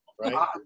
right